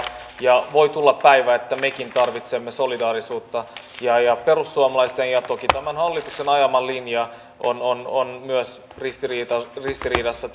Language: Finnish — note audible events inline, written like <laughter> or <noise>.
ja voi tulla päivä että mekin tarvitsemme solidaarisuutta perussuomalaisten ja toki tämän hallituksen ajama linja on on myös ristiriidassa <unintelligible>